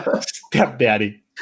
Stepdaddy